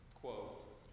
quote